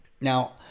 Now